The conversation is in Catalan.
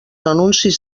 anuncis